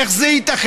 איך זה ייתכן?